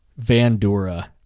Vandura